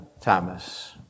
Thomas